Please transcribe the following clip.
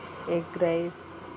egg rice